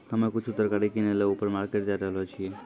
हम्मे कुछु तरकारी किनै ल ऊपर मार्केट जाय रहलो छियै